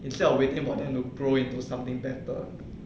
instead of waiting for them to grow into something better